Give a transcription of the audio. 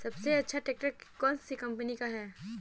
सबसे अच्छा ट्रैक्टर कौन सी कम्पनी का है?